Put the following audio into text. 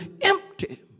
empty